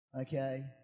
Okay